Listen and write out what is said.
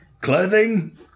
clothing